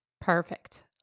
Perfect